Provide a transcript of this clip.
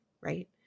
right